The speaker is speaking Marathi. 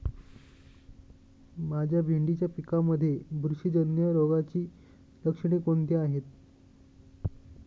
माझ्या भेंडीच्या पिकामध्ये बुरशीजन्य रोगाची लक्षणे कोणती आहेत?